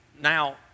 now